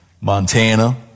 Montana